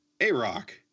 A-Rock